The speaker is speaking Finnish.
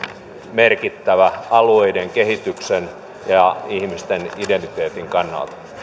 merkittävä alueiden kehityksen ja ihmisten identiteetin kannalta